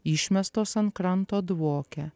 išmestos ant kranto dvokia